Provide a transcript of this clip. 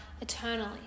eternally